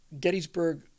Gettysburg